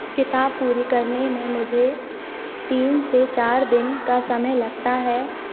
किताब पूरी करने में मुझे तीन से चार दिन का समय लगता है